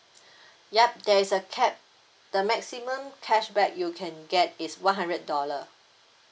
yup there is a cap the maximum cashback you can get is one hundred dollar